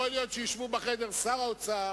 יכול להיות שישבו בחדר שר האוצר